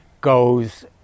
goes